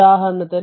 ഉദാഹരണത്തിന്